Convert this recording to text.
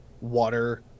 water